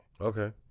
okay